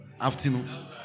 afternoon